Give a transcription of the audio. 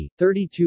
32